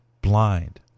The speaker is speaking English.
blind